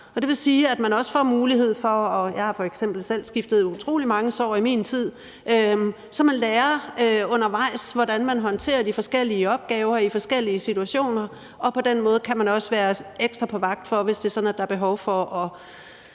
Det vil sige, at andre også får mulighed for at lære. Jeg har f.eks. selv skiftet utrolig mange sår i min tid, så man lærer undervejs, hvordan man håndterer de forskellige opgaver i forskellige situationer, og på den måde kan man også være ekstra på vagt, hvis det er sådan, at